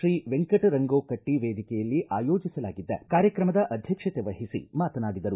three Venkata Rango Katti ವೇದಿಕೆಯಲ್ಲಿ ಆಯೋಜಿಸಲಾಗಿದ್ದ ಕಾರ್ಯಕ್ರಮದ ಅಧ್ಯಕ್ಷತೆ ವಹಿಸಿ ಮಾತನಾಡಿದರು